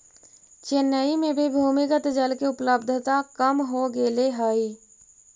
चेन्नई में भी भूमिगत जल के उपलब्धता कम हो गेले हई